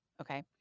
Okay